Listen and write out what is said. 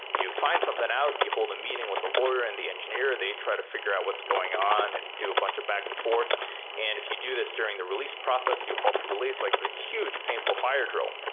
you find something out, you hold a meeting with the lawyer and the engineer. they try to figure out what's going and do a bunch of back-and-forth. and if you do this during the release process, you halter release, like the huge painful fire drill.